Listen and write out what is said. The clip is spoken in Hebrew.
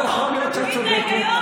כסרא-סמיע, 5,000 תושבים, רוצים לחצות אותו.